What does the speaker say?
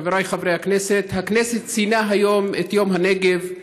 חבריי חברי הכנסת, הכנסת ציינה היום את יום הנגב,